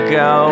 go